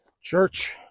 Church